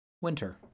Winter